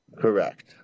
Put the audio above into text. Correct